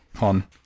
on